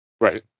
right